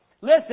Listen